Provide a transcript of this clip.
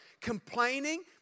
Complaining